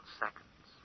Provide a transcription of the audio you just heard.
seconds